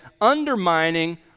undermining